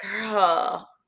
Girl